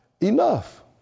enough